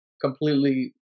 completely –